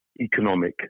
economic